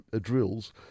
drills